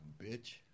Bitch